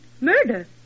murder